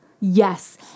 Yes